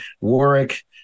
Warwick